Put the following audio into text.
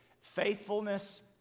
Faithfulness